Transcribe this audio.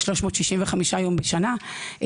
365 יום בשנה,